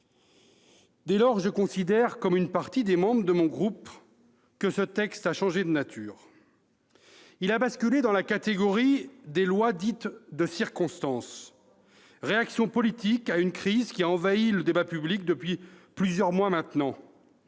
Dès lors, je considère, comme une partie des membres de mon groupe, que ce texte a changé de nature : il a basculé dans la catégorie des lois dites de circonstance, réaction politique à une crise qui envahit le débat public depuis plusieurs mois.